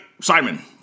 simon